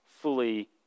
fully